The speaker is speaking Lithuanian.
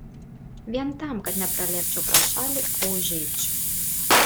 vien tam kad nepralėkčiau pro šalį o užeičiau